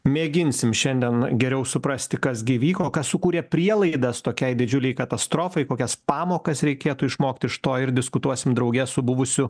mėginsim šiandien geriau suprasti kas gi vyko kas sukūrė prielaidas tokiai didžiulei katastrofai kokias pamokas reikėtų išmokti iš to ir diskutuosim drauge su buvusiu